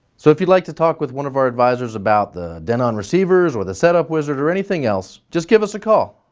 so if you'd like to talk with one of our advisors about the denon receivers or the setup wizard or anything else, just give us a call.